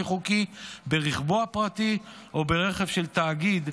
חוקי ברכבו הפרטי או ברכב של תאגיד,